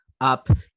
Up